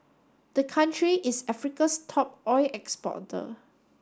the country is Africa's top oil exporter